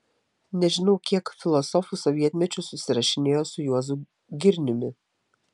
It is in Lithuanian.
nežinau kiek filosofų sovietmečiu susirašinėjo su juozu girniumi